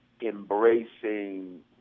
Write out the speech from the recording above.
embracing